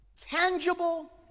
tangible